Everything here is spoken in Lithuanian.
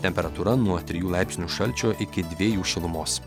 temperatūra nuo trijų laipsnių šalčio iki dviejų šilumos